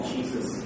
Jesus